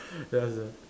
ya sia